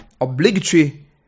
obligatory